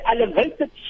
elevated